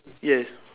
yes